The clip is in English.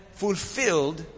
fulfilled